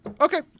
Okay